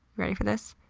ready for this?